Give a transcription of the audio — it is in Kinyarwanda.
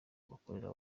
gukorera